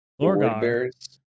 Lorgar